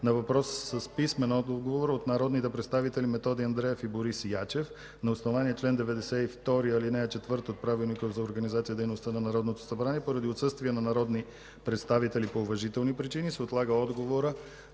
на въпрос с писмен отговор от народните представители Методи Андреев и Борис Ячев. На основание чл. 92, ал. 4 от Правилника за организацията и дейността на Народното събрание поради отсъствие на народни представители по уважителни причини се отлага отговорът